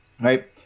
Right